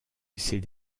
ces